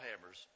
hammers